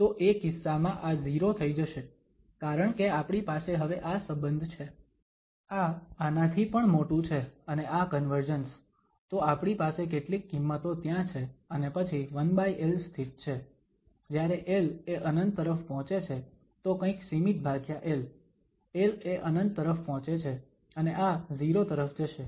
તો એ કિસ્સામાં આ 0 થઈ જશે કારણકે આપણી પાસે હવે આ સબંધ છે આ આનાથી પણ મોટું છે અને આ કન્વર્જન્સ તો આપણી પાસે કેટલીક કિંમતો ત્યાં છે અને પછી 1l સ્થિત છે જ્યારે l એ ∞ તરફ પહોંચે છે તો કંઈક સીમિત ભાગ્યા l l એ ∞ તરફ પહોંચે છે અને આ 0 તરફ જશે